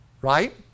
right